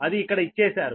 అది ఇక్కడ ఇచ్చేశారు